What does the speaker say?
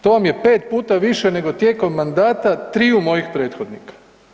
To vam je 5 puta više nego tijekom mandata triju mojih prethodnika.